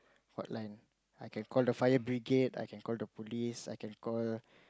hotline I can call the fire brigade I can call the police I can call